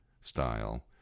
style